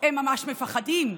הם ממש מפחדים,